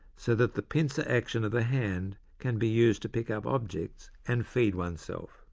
so that the pincer action of the hand can be used to pick up objects and feed oneself.